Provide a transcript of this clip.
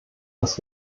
was